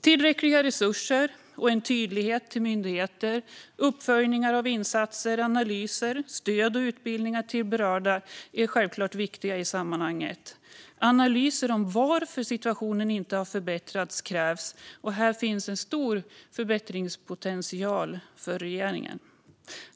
Tillräckliga resurser och en tydlighet till myndigheter, uppföljningar av insatser, analyser samt stöd och utbildningar till berörda är självklart viktiga i sammanhanget. Analyser om varför situationen inte har förbättrats krävs. Och här finns en stor förbättringspotential för regeringen.